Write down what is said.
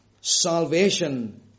salvation